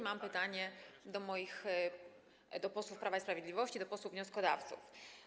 Mam pytanie do posłów Prawa i Sprawiedliwości, do posłów wnioskodawców.